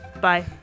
bye